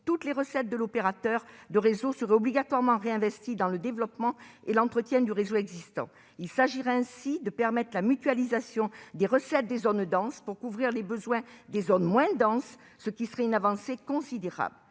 toutes les recettes de l'opérateur de réseau seraient obligatoirement réinvesties dans le développement et l'entretien du réseau existant. Il s'agirait ainsi de permettre la mutualisation des recettes des zones denses pour couvrir les besoins des zones moins denses, ce qui serait une avancée considérable.